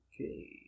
Okay